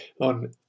on